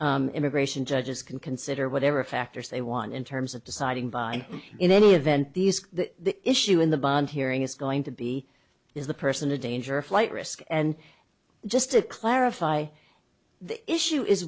immigration judges can consider whatever factors they want in terms of deciding by in any event this issue in the bond hearing is going to be is the person a danger a flight risk and just to clarify the issue is